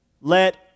let